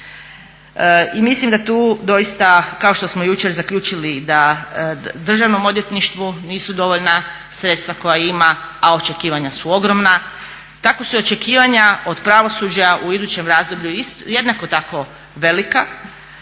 I mislim da tu doista kao što smo jučer zaključili da Državno odvjetništvu nisu dovoljna sredstva koja ima, a očekivanja su ogromna. Takva su očekivanja od pravosuđa u idućem razdoblja jednako tako velika,